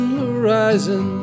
horizon